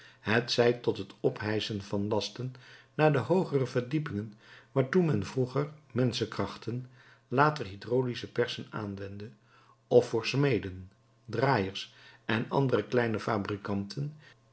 hetzij tot het ophijsschen van lasten naar de hoogere verdiepingen waartoe men vroeger menschenkrachten later hydraulische persen aanwendde of voor smeden draaijers en andere kleine fabrikanten